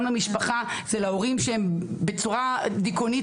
גם למשפחה זה להורים שהם בצורה דיכאונית